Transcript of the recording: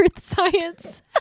science